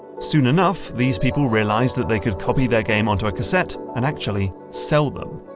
soon enough, these people realised that they could copy their games onto a cassette, and actually sell them.